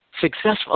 successful